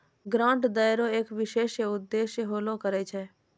grant दै रो एक विशेष उद्देश्य होलो करै छै